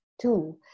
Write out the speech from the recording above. Two